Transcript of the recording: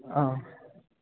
ആ